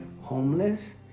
homeless